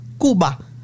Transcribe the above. Cuba